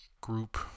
group